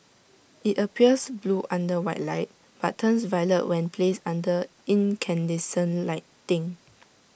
IT appears blue under white light but turns violet when placed under incandescent lighting